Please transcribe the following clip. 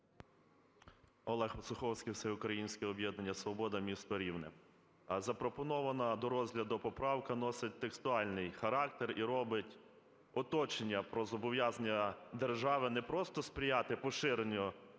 Олег Осуховський, Всеукраїнське об'єднання "Свобода", місто Рівне. Запропонована до розгляду поправка носить текстуальний характер і робить уточнення про зобов'язання держави не просто сприяти поширенню